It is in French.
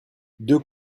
deux